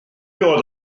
oedd